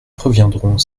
reviendrons